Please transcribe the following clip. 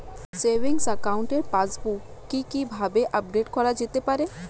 Savings একাউন্টের passbook কি কিভাবে আপডেট করা যেতে পারে?